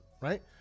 right